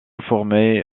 formé